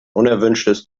unerwünschtes